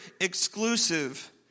exclusive